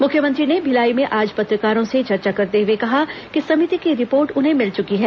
मुख्यमंत्री ने भिलाई में आज पत्रकारों से चर्चा करते हुए कहा कि समिति की रिपोर्ट उन्हें मिल चुकी है